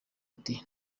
ati